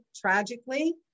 tragically